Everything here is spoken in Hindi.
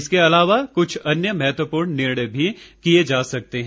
इसके अलावा कुछ अन्य महत्वपूर्ण निर्णय भी किये जा सकते हैं